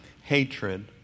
hatred